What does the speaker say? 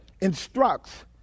instructs